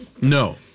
No